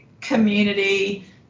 community